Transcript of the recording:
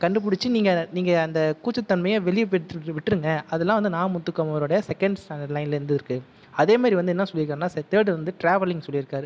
கண்டுபிடிச்சி நீங்கள் நீங்கள் அந்த கூச்சத்தன்மையை வெளியே விட்டுருங்க அதெல்லாம் வந்து நா முத்துக்குமாருடைய செகேண்ட் லைன்லேருந்து இருக்குது அதே மாதிரி வந்து என்ன சொல்லியிருக்காருன்னா தேர்ட் வந்து ட்ராவலிங் சொல்லியிருக்காரு